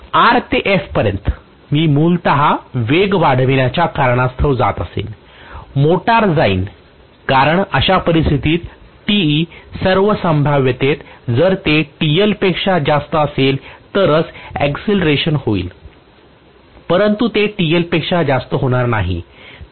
R ते F पर्यंत मी मूलत वेग वाढवण्याच्या कारणास्तव जात असेन मोटार जाईल कारण अशा परिस्थितीत Te सर्व संभाव्यतेत जर ते TL पेक्षा जास्त असेल तरच आकसलरेशन होईल परंतु ते TLपेक्षा जास्त होणार नाही